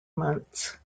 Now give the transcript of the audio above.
months